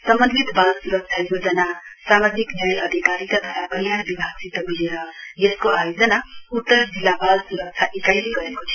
समन्वित बाल स्रक्षा योजना सामाजिक न्याय अधिकारिता तथा कल्याण विभागसित मिलेर यसको आयोजना उत्तर जिल्ला बाल स्रक्षा इकाइले गरेको थियो